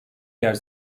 yer